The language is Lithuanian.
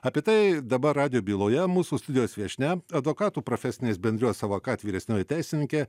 apie tai dabar radijo byloje mūsų studijos viešnia advokatų profesinės bendrijos avocad vyresnioji teisininkė